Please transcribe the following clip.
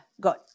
good